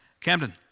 Camden